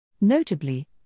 Notably